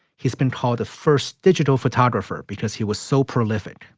he's been called the first digital photographer because he was so prolific.